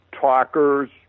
talkers